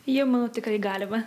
jau manau tikrai galima